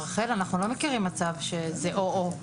אנחנו לא מכירים מצב שזה או או.